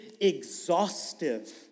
exhaustive